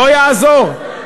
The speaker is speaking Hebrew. לא יעזור,